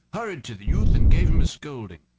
hurried to the youth, and gave him a scolding.